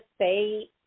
say